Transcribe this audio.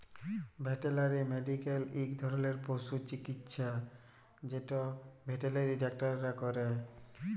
veterinary medical ইক ধরলের পশু চিকিচ্ছা যেট ভেটেলারি ডাক্তাররা ক্যরে